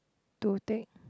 to take